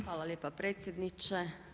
Hvala lijepa predsjedniče.